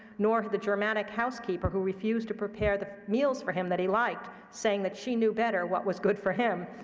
nor the dramatic housekeeper who refused to prepare the meals for him that he liked, saying that she knew better what was good for him.